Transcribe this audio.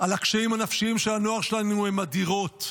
על הקשיים הנפשיים של הנוער שלנו הן אדירות.